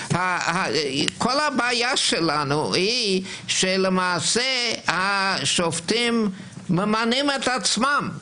כל הבעיה שלנו היא שלמעשה השופטים ממנים את עצמם.